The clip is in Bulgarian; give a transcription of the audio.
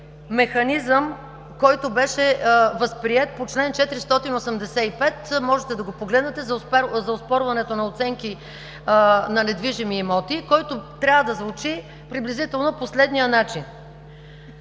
механизъм, който беше възприет по чл. 485. Можете да го погледнете – за оспорването на оценки на недвижими имоти, който трябва да звучи приблизително по следния начин: